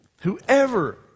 Whoever